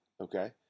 okay